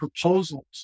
proposals